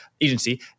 agency